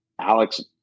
alex